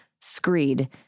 screed